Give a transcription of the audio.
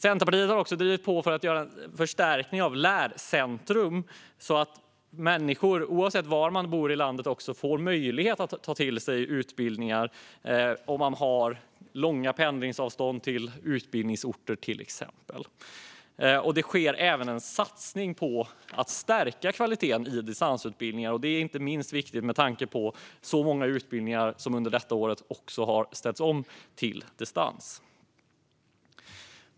Centerpartiet har också drivit på för en förstärkning av Lärcentrum, så att man oavsett var i landet man bor får möjlighet att ta till sig utbildningar, till exempel om man har långa pendlingsavstånd till utbildningsorter. Det sker även en satsning på att stärka kvaliteten på distansutbildningar. Det är viktigt inte minst med tanke på att många utbildningar under detta år har ställts om till att bedrivas på distans.